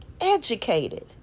educated